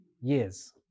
years